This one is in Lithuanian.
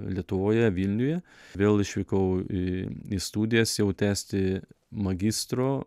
lietuvoje vilniuje vėl išvykau į į studijas jau tęsti magistro